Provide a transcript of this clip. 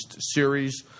series